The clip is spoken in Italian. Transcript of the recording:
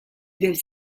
del